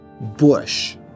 bush